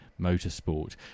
motorsport